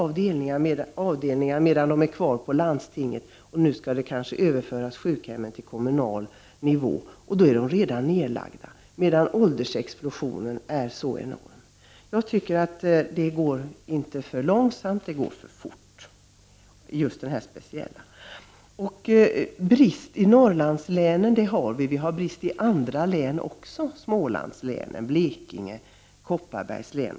Avdelningar läggs ned redan när sjukhem bedrivs i landstingens regi, och när nu dessa sjukhem kanske skall överföras till kommunal regi är avdelningarna redan nedlagda. Samtidigt är åldersexplosionen enorm. Det går alltså inte för långsamt att lägga ned avdelningar, utan för fort. Visst är det otillräcklig tillgång på sjukvård i Norrlandslänen, men det är det också i andra län, t.ex. i Småland, i Blekinge och i Kopparbergs län.